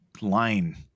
line